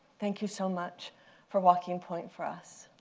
thank you so much for walking point for us.